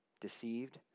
deceived